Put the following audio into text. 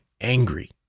angry